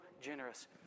generous